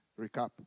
recap